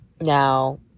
now